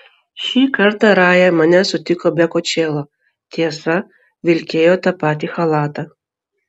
šį kartą raja mane sutiko be kočėlo tiesa vilkėjo tą patį chalatą